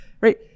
right